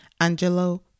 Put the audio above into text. Angelo